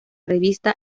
revista